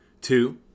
two